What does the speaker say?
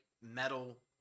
metal